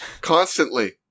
Constantly